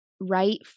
right